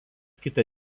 kitą